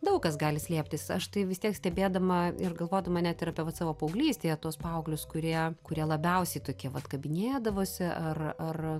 daug kas gali slėptis aš tai vis tiek stebėdama ir galvodama net ir apie vat savo paauglystėje tuos paauglius kurie kurie labiausiai tokie vat kabinėdavosi ar ar